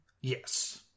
Yes